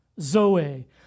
zoe